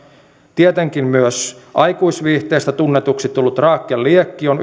tietenkin myös aikuisviihteestä tunnetuksi tullut rakel liekki on